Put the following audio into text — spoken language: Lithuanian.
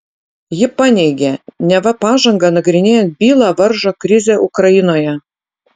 ji paneigė neva pažangą nagrinėjant bylą varžo krizė ukrainoje